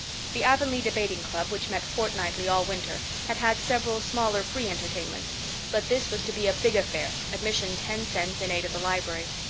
the avonlea debating club, which met fortnightly all winter, had had several smaller free entertainments but this was to be a big affair, admission ten cents, in aid of the library.